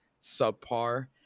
subpar